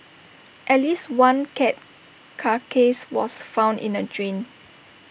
at least one cat carcass was found in A drain